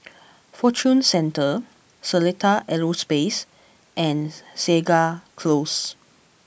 Fortune Centre Seletar Aerospace and Segar Close